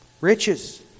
riches